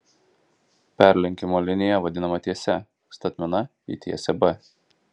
perlenkimo linija vadinama tiese statmena į tiesę b